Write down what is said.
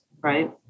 right